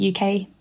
UK